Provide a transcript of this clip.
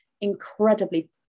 incredibly